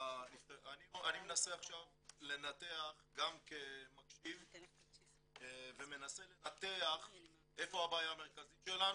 אני מנסה עכשיו לנתח גם כמקשיב ומנסה לנתח איפה הבעיה המרכזית שלנו,